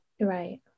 right